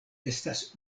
estas